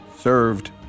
served